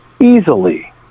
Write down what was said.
easily